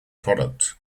product